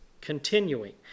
continuing